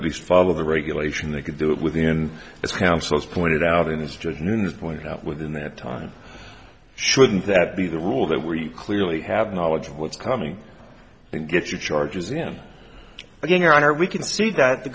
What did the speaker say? at least follow the regulation they could do it within its councils pointed out in this just means pointed out within that time shouldn't that be the rule that where you clearly have knowledge of what's coming and get your charges in but in your honor we can see that the